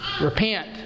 Repent